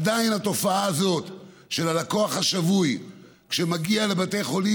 עדיין התופעה הזאת של הלקוח השבוי שמגיע לבתי החולים,